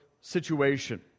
situation